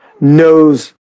knows